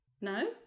No